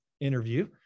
interview